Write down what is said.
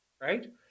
right